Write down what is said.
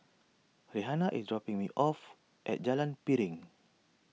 Rhianna is dropping me off at Jalan Piring